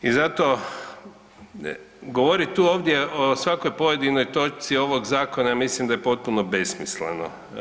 I zato govorit tu ovdje o svakoj pojedinoj točci ovog zakona mislim da je potpuno besmisleno.